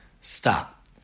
Stop